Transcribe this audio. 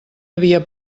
havia